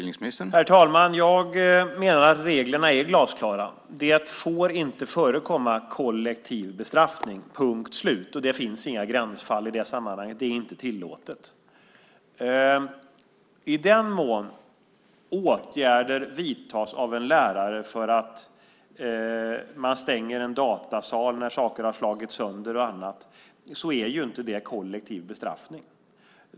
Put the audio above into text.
Herr talman! Jag menar att reglerna är glasklara. Det får inte förekomma kollektiv bestraffning - punkt slut. Det finns inga gränsfall i det sammanhanget. Det är inte tillåtet. I den mån en lärare stänger en datasal när saker har slagits sönder och annat är det inte fråga om en kollektiv bestraffning.